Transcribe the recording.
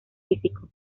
físico